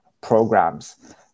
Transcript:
programs